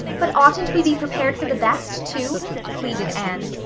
but oughtn't we be prepared for the best too? pleaded anne.